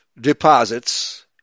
deposits